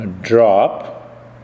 drop